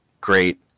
great